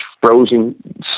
frozen